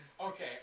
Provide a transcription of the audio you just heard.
Okay